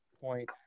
point